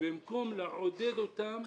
במקום לעודד אותם,